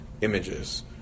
images